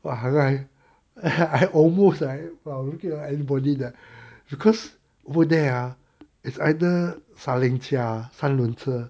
!wah! !hais! I almost I because over there ah is either san len cia 三轮车